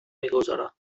میگذارند